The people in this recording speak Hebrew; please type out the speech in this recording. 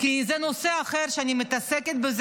כי זה נושא אחר שאני מתעסקת בו,